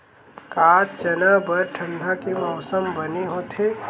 का चना बर ठंडा के मौसम बने होथे?